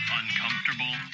uncomfortable